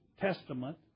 Testament